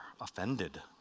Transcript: offended